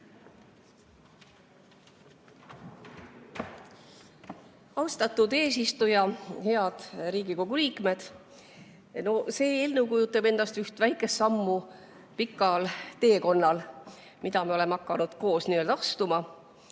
Austatud eesistuja! Head Riigikogu liikmed! See eelnõu kujutab endast üht väikest sammu pikal teekonnal, mida me oleme hakanud koos astuma.